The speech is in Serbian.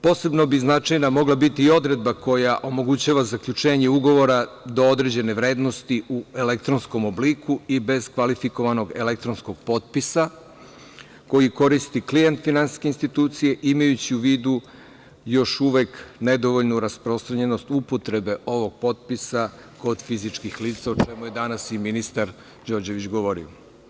Posebno bi značajna mogla biti i odredba koja omogućava zaključenje ugovora do određene vrednosti u elektronskom obliku i bez kvalifikovanog elektronskog potpisa koji koristi klijent finansijske institucije, imajući u vidu još uvek nedovoljnu rasprostranjenost upotrebe ovog potpisa kod fizičkih lica, o čemu je danas i ministar Đorđević govorio.